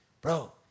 bro